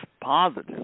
positive